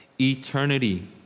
eternity